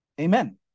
Amen